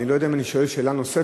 אני לא יודע אם אני שואל שאלה נוספת,